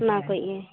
ᱚᱱᱟᱠᱩᱡ ᱜᱮ